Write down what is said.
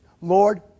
Lord